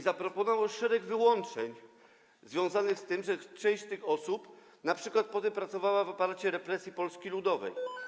Zaproponował więc szereg wyłączeń związanych z tym, że część z tych osób np. potem pracowała w aparacie represji Polski Ludowej.